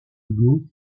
hugo